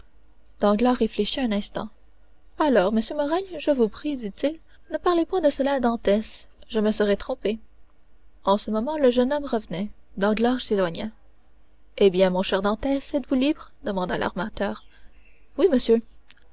danglars réfléchit un instant alors monsieur morrel je vous prie dit-il ne parlez point de cela à dantès je me serai trompé en ce moment le jeune homme revenait danglars s'éloigna eh bien mon cher dantès êtes-vous libre demanda l'armateur oui monsieur